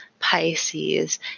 Pisces